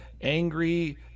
angry